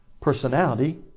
personality